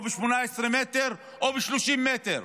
ב-18 מטר או ב-30 מטר.